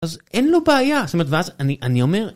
אז אין לו בעיה, זאת אומרת ואז אני אומר...